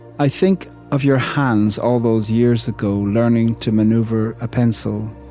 i think of your hands all those years ago learning to maneuver a pencil,